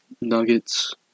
nuggets